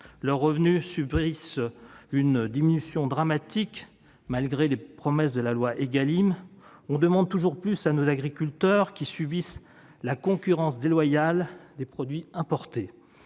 Leurs revenus subissent une diminution dramatique, malgré les promesses de la loi Égalim. On demande toujours plus à nos agriculteurs, qui affrontent la concurrence déloyale des produits importés.